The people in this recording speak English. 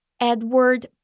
Edward